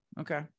Okay